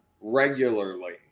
regularly